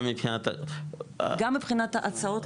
גם מבחינת ---- גם מבחינת ההצעות.